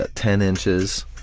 ah ten inches